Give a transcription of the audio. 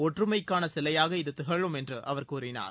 ஒற்றுமைக்கான சிலையாக இது திகழும் என்றும் அவர் கூறினார்